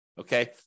Okay